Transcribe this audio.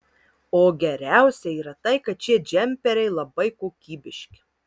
o geriausia yra tai kad šie džemperiai labai kokybiški